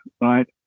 right